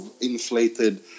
inflated